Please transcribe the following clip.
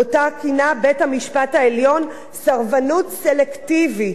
שבית-המשפט העליון כינה "סרבנות סלקטיבית".